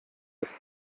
des